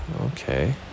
okay